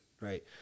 right